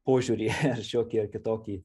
požiūrį šiokį ar kitokį